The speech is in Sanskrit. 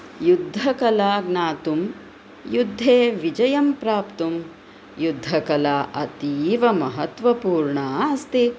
युद्धकला ज्ञातुं युद्धे विजयं प्राप्तुं युद्धकला अतीवमहत्त्वपूर्णा अस्ति